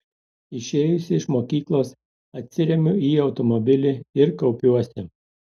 išėjusi iš mokyklos atsiremiu į automobilį ir kaupiuosi